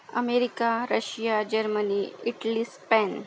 America Russia Germany Italy Spain